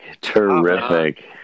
Terrific